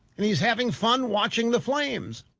and he's having fun watching the flames.